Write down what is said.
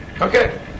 okay